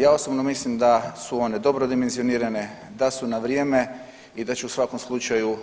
Ja osobno mislim da su one dobro dimenzionirane, da su na vrijeme i da će u svakom slučaju